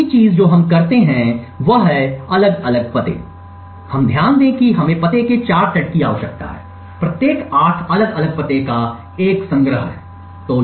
अगली चीज़ जो हम करते हैं वह है अलग अलग पते हम ध्यान दें कि हमें पते के 4 सेट की आवश्यकता है प्रत्येक 8 अलग अलग पते का एक संग्रह है